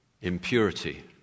impurity